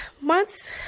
Months